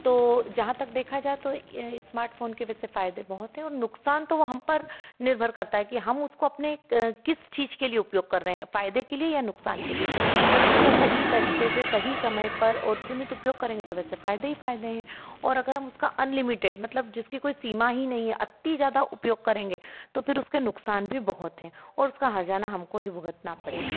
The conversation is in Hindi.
तो जहाँ तक देखा जाए तो एस्मार्टफोन के वैसे फायदे बहुत है और नुकसान तो वो हम पर निर्भर करता है कि हम उसको अपने क किस चीज़ के लिए उपयोग कर रहे हैं फायदे के लिए या नुकसान के लिए अगर हम उसका सही तरीके से सही समय पर और सीमित उपयोग करेंगे तो वैसे फायदे ही फायदे हैं और अगर हम उसका अनलिमिटेड मतलब जिसकी कोई सीमा ही नहीं है अति ज़्यादा उपयोग करेंगे तो फिर उसके नुकसान भी बहुत हैं और उसका हर्जाना भी हमको ही भुगतान पड़ेगा